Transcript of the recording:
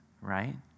right